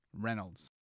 Reynolds